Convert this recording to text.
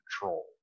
control